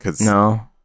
No